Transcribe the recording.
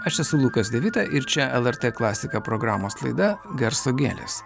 aš esu lukas devita ir čia lrt klasika programos laida garso gėlės